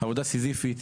עבודה סיזיפית.